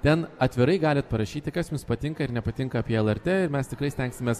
ten atvirai galit parašyti kas jums patinka ir nepatinka apie lrt ir mes tikrai stengsimės